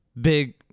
big